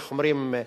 איך אומרים?